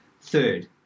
Third